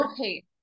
Okay